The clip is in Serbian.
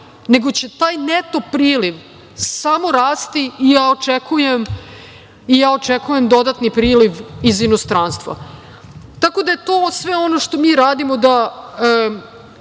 nego će taj neto priliv samo rasti i ja očekujem dodatni priliv iz inostranstva. Tako da je to sve ono što mi radimo da